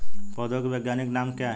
पौधों के वैज्ञानिक नाम क्या हैं?